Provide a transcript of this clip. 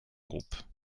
groupes